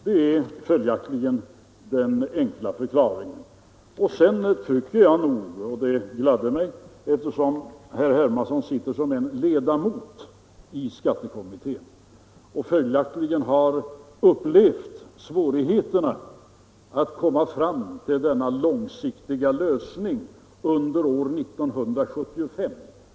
Det är följaktligen den enkla förklaringen. Herr Hermanssons uppfattning i detta sammanhang gladde mig, eftersom herr Hermansson sitter som ledamot av skattekommittén och alltså har upplevt svårigheterna att komma fram till denna långsiktiga lösning under år 1975.